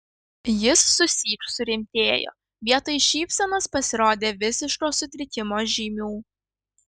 jis susyk surimtėjo vietoj šypsenos pasirodė visiško sutrikimo žymių